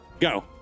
Go